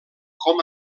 com